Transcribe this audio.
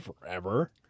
forever